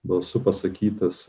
balsu pasakytas